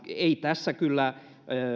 ei kyllä